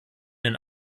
den